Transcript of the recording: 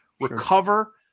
Recover